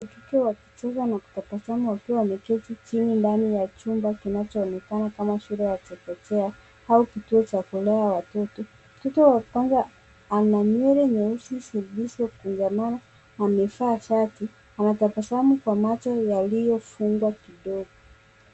Wa kike wakicheza na kutabasamu wakiwa wameketi chini ndani ya chumba kinachoonekana kama shule ya chekechea au kituo cha kulea watoto. Mtoto wa kwanza ana nywele nyeusi zilizo fumwa na amevaa shati anatabasamu kwa macho yaliyofungwa kidogo.